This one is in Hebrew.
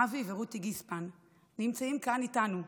אבי ורותי גיספן, נמצאים כאן איתנו,